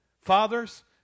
Fathers